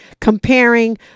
comparing